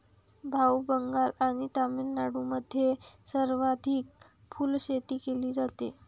भाऊ, बंगाल आणि तामिळनाडूमध्ये सर्वाधिक फुलशेती केली जाते